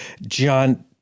John